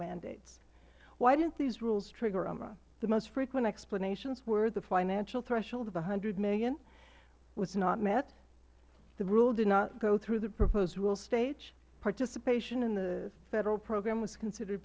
mandates why didnt these rules trigger umra the most frequent explanations were the financial threshold of one hundred dollars million was not met the rule did not go through the proposed rule stage participation in the federal program was considered